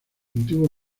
antiguo